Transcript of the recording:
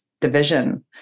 division